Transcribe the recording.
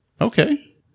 Okay